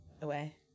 away